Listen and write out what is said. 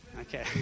Okay